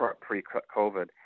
pre-COVID